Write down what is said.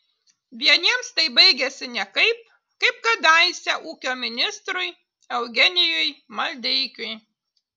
vieniems tai baigiasi nekaip kaip kadaise ūkio ministrui eugenijui maldeikiui